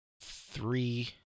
Three